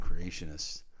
creationists